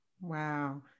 Wow